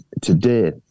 Today